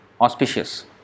auspicious